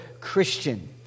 Christian